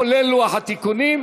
כולל לוח התיקונים.